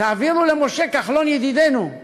תעבירו למשה כחלון ידידנו,